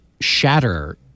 shatter